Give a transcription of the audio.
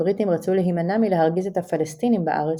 הבריטים רצו להימנע מלהרגיז את הפלסטינים בארץ,